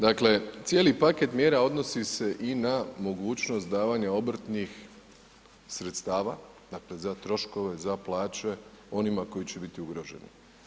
Dakle, cijeli paket mjera odnosi se i na mogućnost davanja obrtnih sredstava za troškove, za plaće onima koji će biti ugroženi.